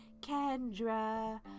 Kendra